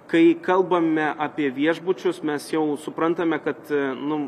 kai kalbame apie viešbučius mes jau suprantame kad nu